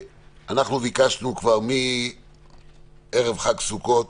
ביקשנו כבר מערב חג סוכות